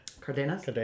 Cardenas